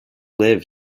live